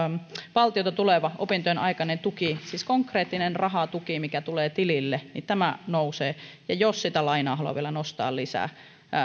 valtiolta tuleva opintojen aikainen konkreettinen rahatuki mikä tulee tilille nousee ja jos sitä lainaa haluaa vielä nostaa lisää